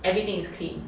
everything is clean